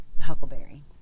Huckleberry